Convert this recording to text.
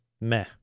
meh